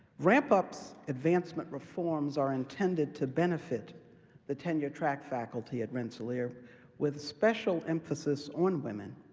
ramp-up's advancement reforms are intended to benefit the tenure track faculty at rensselaer with a special emphasis on women,